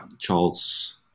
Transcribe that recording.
Charles